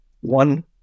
one